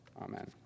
Amen